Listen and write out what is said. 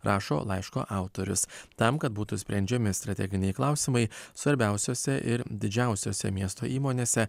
rašo laiško autorius tam kad būtų sprendžiami strateginiai klausimai svarbiausiose ir didžiausiose miesto įmonėse